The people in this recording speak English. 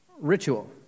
ritual